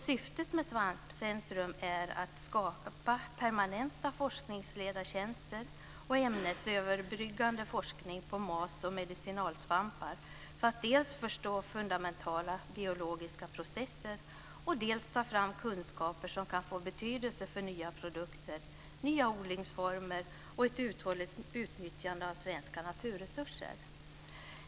Syftet med ett svampcentrum är att skapa permanenta forskningsledartjänster och ämnesöverbryggande forskning om mat och medicinalsvampar för att dels förstå fundamentala biologiska processer, dels ta fram kunskaper som kan få betydelse för nya produkter, nya odlingsformer och ett uthålligt utnyttjande av svenska naturresurser.